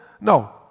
No